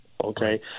Okay